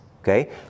okay